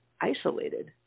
isolated